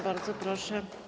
Bardzo proszę.